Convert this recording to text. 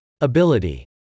Ability